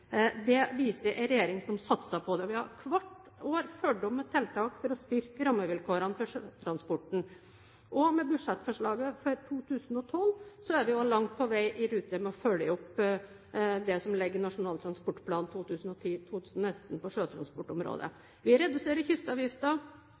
Det viser en regjering som satser på dette. Vi har hvert år fulgt opp med tiltak for å styrke rammevilkårene for sjøtransporten. Med budsjettforslaget for 2012 er vi også langt på vei i rute med å følge opp det som ligger i Nasjonal transportplan 2010–2019 for sjøtransportområdet.